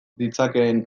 ditzakeen